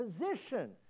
position